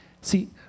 See